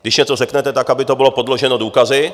Když něco řeknete, aby to bylo podloženo důkazy.